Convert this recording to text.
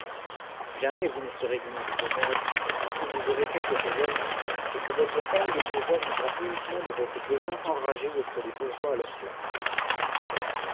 jamais vous ne serez dignes du bonheur tant que vous aurez quelque chose à vous et que votre haine des bourgeois viendra uniquement de votre besoin enragé d'être des bourgeois à leur place